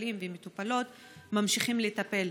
במטופלים ומטופלות ממשיכים לטפל.